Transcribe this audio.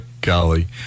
Golly